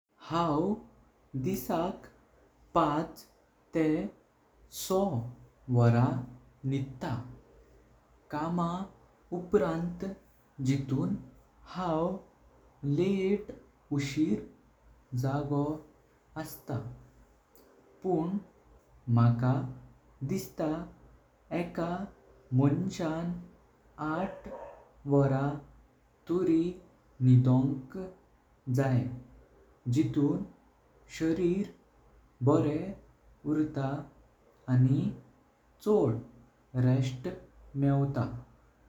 हांव दिसाक पाच तेह सोह वरा निद्ता कामा उपरांत जियतूं। हांव लेट उशीळ जागो अस्तां पण माका दिसता। एका मोंशां आठ वरा तोरी निदोंक तोरी जाय जियतूं शरीर बोरें उर्ता आनी छोड रेस्त मेवता।